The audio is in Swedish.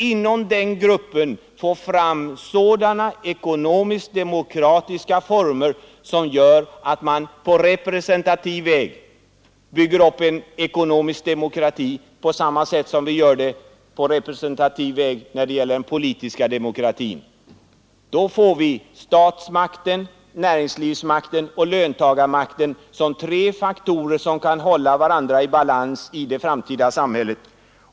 Inom den gruppen I skulle man få fram sådana ekonomisk-demokratiska former att man på Allmänna pensionsrepresentativ väg kunde bygga upp en ekonomisk demokrati på samma fondens förvaltning, sätt som vi bygger upp den politiska demokratin på representativ väg. Då mm.m. skulle vi få statsmakt, näringslivsmakt och löntagarmakt som tre faktorer, som skulle hålla varandra i balans i det framtida samhället.